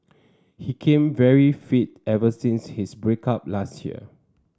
he came very fit ever since his break up last year